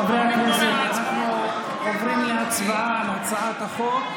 חברי הכנסת, אנחנו עוברים להצבעה על הצעת החוק.